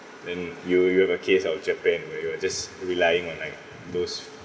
and you you have a case of japan where you were just relying on like those